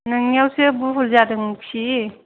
नोंनियावसो बुहुल जादोंखि